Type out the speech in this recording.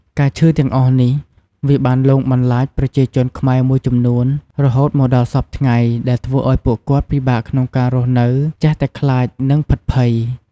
ការឈឺទាំងអស់នេះវាបានលងបន្លាចប្រជាជនខ្មែរមួយចំនួនរហូតមកដល់ដល់សព្វថ្ងៃដែលធ្វើឲ្យពួកគាត់ពិបាកក្នុងការរស់នៅចេះតែខ្លាចនិងភិតភ័យ។